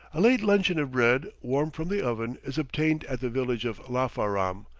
a late luncheon of bread, warm from the oven, is obtained at the village of lafaram,